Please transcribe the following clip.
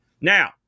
now